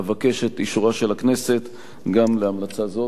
אבקש את אישורה של הכנסת גם להמלצה זו.